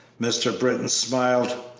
mr. britton smiled.